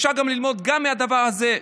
אפשר ללמוד גם מהדבר הזה.